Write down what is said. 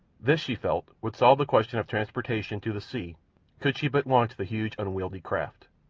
this, she felt, would solve the question of transportation to the sea could she but launch the huge, unwieldy craft.